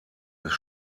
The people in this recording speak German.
ist